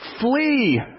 flee